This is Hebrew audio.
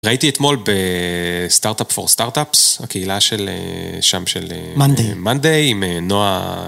ראיתי אתמול בסטארט-אפ פור סטארט-אפס, הקהילה שם של מנדיי, עם נועה.